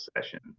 session